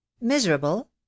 miserable